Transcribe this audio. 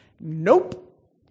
Nope